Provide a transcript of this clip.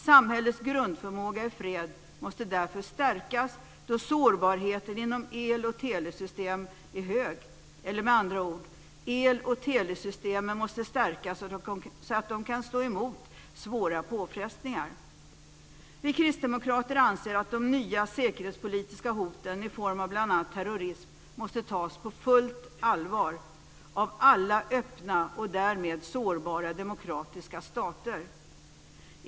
Samhällets grundförmåga i fred måste stärkas då sårbarheten inom el och telesystemen är hög eller, med andra ord, el och telesystemen måste stärkas så att de kan stå emot svåra påfrestningar. Vi kristdemokrater anser att de nya säkerhetspolitiska hoten i form av bl.a. terrorism måste tas på fullt allvar av alla öppna och därmed sårbara demokratiska stater.